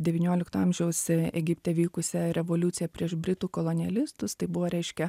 devyniolikto amžiaus egipte vykusią revoliuciją prieš britų kolonelistus tai buvo reiškia